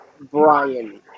Brian